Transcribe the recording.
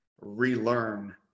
relearn